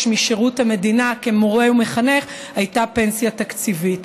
משירות המדינה כמורה וכמחנך הייתה פנסיה תקציבית.